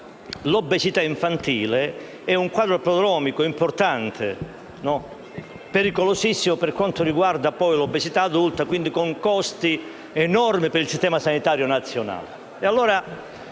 l'obesità infantile costituisce un quadro prodromico importante, pericolosissimo per quanto riguarda l'obesità in età adulta e quindi con costi enormi per il Sistema sanitario nazionale.